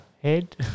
Head